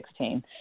2016